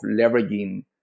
leveraging